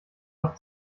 doch